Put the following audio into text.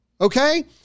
Okay